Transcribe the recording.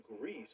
Greece